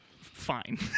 fine